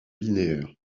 linéaires